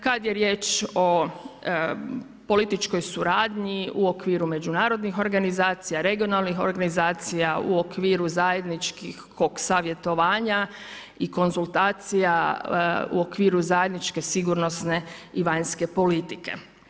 Kad je riječ o političkoj suradnji u okviru međunarodnih organizacija, regionalnih organizacija, u okviru zajedničkih … savjetovanja i konzultacija u okviru zajedničke sigurnosne i vanjske politike.